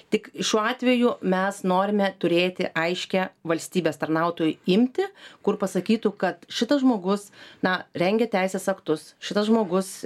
tik šiuo atveju mes norime turėti aiškią valstybės tarnautojų imtį kur pasakytų kad šitas žmogus na rengia teisės aktus šitas žmogus